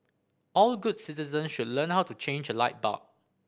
all good citizen should learn how to change a light bulb